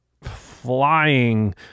flying